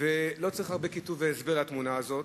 ולא צריך הרבה כיתוב והסבר לתמונה הזאת,